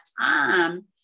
time